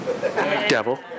Devil